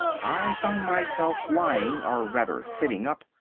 i found myself lying, or rather sitting up,